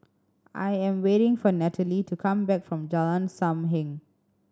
I am waiting for Natalie to come back from Jalan Sam Heng